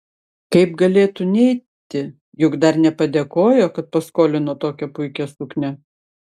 kaip galėtų neiti juk dar nepadėkojo kad paskolino tokią puikią suknią